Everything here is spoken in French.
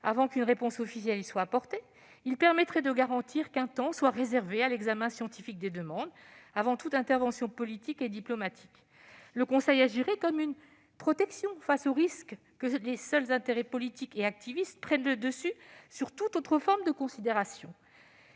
avant qu'une réponse officielle y soit apportée, il permettrait, premièrement, de garantir qu'un temps soit réservé à l'examen scientifique des demandes, avant toute intervention politique et diplomatique. Le conseil agirait comme une protection face au risque que les intérêts politiques et activistes prennent le dessus sur toute autre forme de considération.